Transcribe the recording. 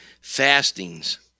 Fastings